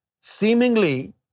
Seemingly